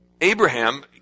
Abraham